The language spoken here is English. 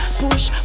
push